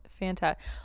fantastic